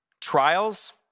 Trials